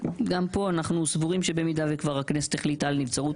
גם פה אנחנו סבורים שבמידה שכבר הכנסת החליטה על נבצרות